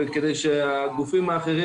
לזה, והוא פותח המון אפשרויות.